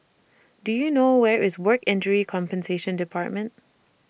Do YOU know Where IS Work Injury Compensation department